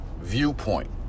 viewpoint